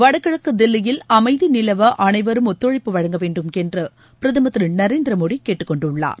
வடகிழக்கு தில்லியில் அமைதி நிலவ அனைவரும் ஒத்துழைப்பு வழங்க வேண்டுமென்று பிரதமர் திரு நரேந்திர மோடி கேட்டுக்கொண்டுள்ளார்